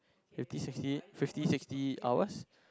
fifty sixty fifty sixty hours